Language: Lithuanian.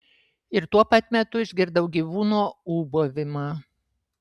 ir tuo pat metu išgirdau gyvūno ūbavimą